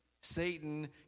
Satan